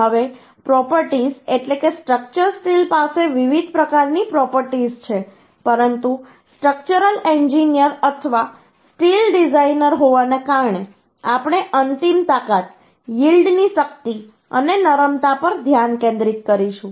હવે પ્રોપર્ટીઝ એટલે કે સ્ટ્રક્ચરલ સ્ટીલ પાસે વિવિધ પ્રકારની પ્રોપર્ટીઝ છે પરંતુ સ્ટ્રક્ચરલ એન્જિનિયર અથવા સ્ટીલ ડિઝાઈનર હોવાને કારણે આપણે અંતિમ તાકાત યીલ્ડ ની શક્તિ અને નરમતા પર ધ્યાન કેન્દ્રિત કરીશું